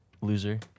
Loser